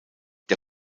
der